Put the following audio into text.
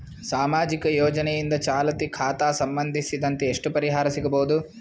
ಸಾಮಾಜಿಕ ಯೋಜನೆಯಿಂದ ಚಾಲತಿ ಖಾತಾ ಸಂಬಂಧಿಸಿದಂತೆ ಎಷ್ಟು ಪರಿಹಾರ ಸಿಗಬಹುದು?